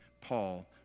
Paul